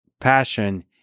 passion